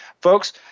folks